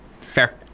Fair